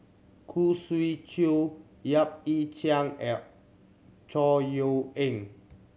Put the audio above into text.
Khoo Swee Chiow Yap Ee Chian L Chor Yeok Eng